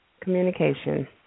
communication